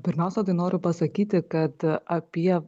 pirmiausia noriu pasakyti kad apie